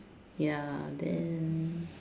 ya then